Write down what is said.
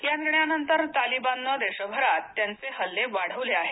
या निर्णयानंतर तालिबानने देशभऱात त्यांचे हल्ले वाढवले आहेत